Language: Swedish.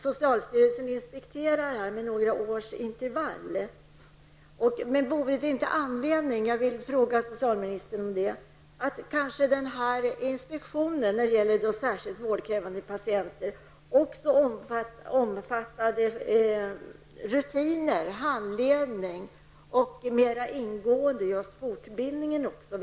Socialstyrelsen inspekterar med några års intervall. Men jag vill fråga socialministern om det inte finns anledning att inspektionen vid dessa besök också mer ingående omfattar rutiner, handledning och fortbildning.